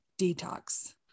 detox